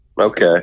Okay